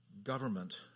Government